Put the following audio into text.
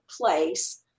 place